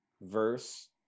verse